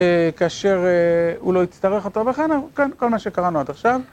אה... כאשר... הוא לא הצטרך אותו בחדר, כן, כל מה שקראנו עד עכשיו.